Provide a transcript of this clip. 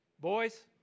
Boys